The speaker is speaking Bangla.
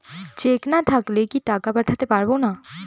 চেক না থাকলে কি টাকা পাঠাতে পারবো না?